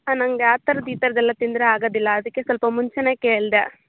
ಹಾ ನಂಗೆ ಆ ಥರದ್ದು ಈ ಥರದ್ದೆಲ್ಲ ತಿಂದರೆ ಆಗೋದಿಲ್ಲ ಅದಕ್ಕೆ ಸ್ವಲ್ಪ ಮುಂಚೆನೇ ಕೇಳಿದೆ